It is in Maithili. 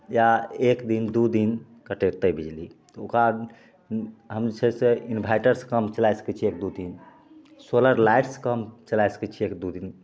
या एक दिन दू दिन कटेतै बिजली क बाद छै से इन्भाइटर सऽ काम चलाइ सकै छियै एक दू दिन सोलर लाइट सऽ चलाइ सकै छियै एक दू दिन